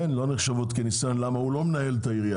כן, לא נחשבות כניסיון כי הוא לא מנהל את העירייה.